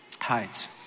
hides